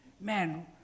Man